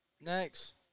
Next